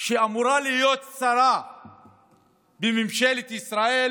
שאמורה להיות שרה בממשלת ישראל